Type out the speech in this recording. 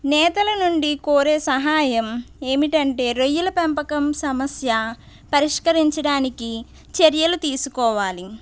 నేతల నుండి కోరే సహాయం ఏమిటంటే రొయ్యల పెంపకం సమస్య పరిష్కరించడానికి చర్యలు తీసుకోవాలి